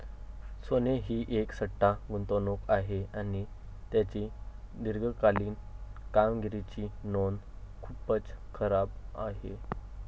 सोने ही एक सट्टा गुंतवणूक आहे आणि त्याची दीर्घकालीन कामगिरीची नोंद खूपच खराब आहे